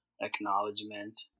acknowledgement